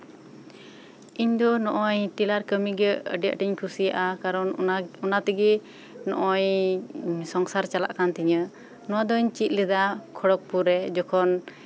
ᱤᱧ ᱱᱚᱜᱼᱚᱭ ᱴᱮᱞᱟᱨ ᱠᱟᱹᱢᱤ ᱜᱮ ᱟᱹᱰᱤ ᱟᱸᱴ ᱤᱧ ᱠᱩᱥᱤᱭᱟᱜᱼᱟ ᱠᱟᱨᱚᱱ ᱚᱱᱟᱛᱮᱜᱮ ᱥᱚᱝᱥᱟᱨ ᱪᱟᱞᱟᱜ ᱠᱟᱱ ᱛᱤᱧᱟᱹ ᱱᱚᱣᱟ ᱫᱚᱧ ᱪᱮᱫ ᱞᱮᱫᱟ ᱠᱷᱚᱲᱚᱜᱯᱩᱨ ᱨᱮ ᱡᱚᱠᱷᱚᱱ